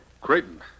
Creighton